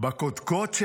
בקודקוד של